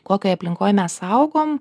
kokioj aplinkoj mes augom